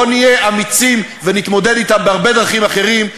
בוא נהיה אמיצים ונתמודד אתם בהרבה דרכים אחרות,